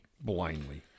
blindly